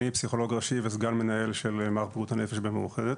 אני פסיכולוג ראשי וסגן מנהל של מערך בריאות הנפש במאוחדת.